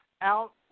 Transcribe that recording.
out